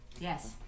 Yes